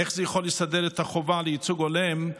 איך זה יכול לסדר את החובה לייצוג הולם,